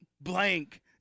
blank